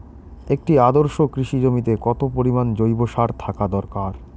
একটি আদর্শ কৃষি জমিতে কত পরিমাণ জৈব সার থাকা দরকার?